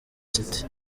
city